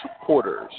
supporters